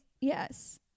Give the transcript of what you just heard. Yes